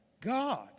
God